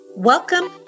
Welcome